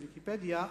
הוויקיפדיה,